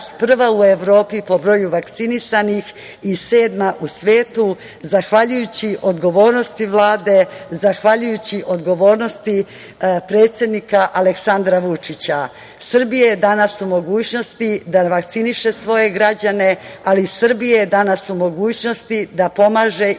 prva u Evropi po broju vakcinisanih i sedma u svetu zahvaljujući odgovornosti Vlade, zahvaljujući odgovornosti predsednika Aleksandra Vučića, Srbija je danas u mogućnosti da vakciniše svoje građane, i da pomaže svojim susedima, da pomaže